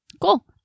Cool